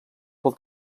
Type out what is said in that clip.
pel